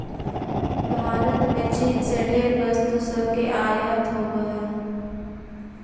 भारत में चीन से ढेर वस्तु सब के आयात होब हई